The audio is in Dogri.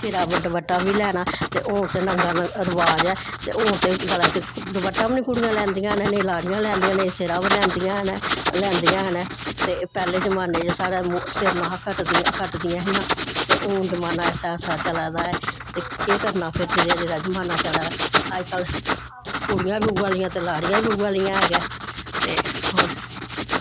सिरै पर दपट्टा बी लैना ते हून ते नंगा नं रवाज ऐ ते हून ते गले च दपट्टा बी नेईं कुड़ियां लैंदियां हैन नेईं लाड़ियां लैंदियां न नेईं सिरै पर लैंदियां हैन लैंदियां हैन ते पैह्लें जमान्ने च साढ़े सिर नेईं हा खटदियां खटदियां हियां ते हून जमान्ना ऐसा ऐसा चला दा ऐ ते केह् करना फिर जदेहा जदेहा जमान्ना चला दा अजकल्ल कुड़ियां बी उ'ऐ नेहियां ते लाड़ियां बी उ'ऐ नेहियां है गे ते